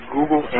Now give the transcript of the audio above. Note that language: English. Google